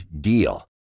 DEAL